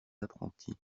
apprentis